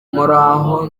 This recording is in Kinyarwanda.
muraho